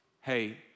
hey